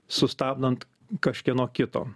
sustabdant kažkieno kito